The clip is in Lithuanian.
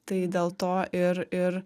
tai dėl to ir ir